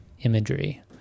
imagery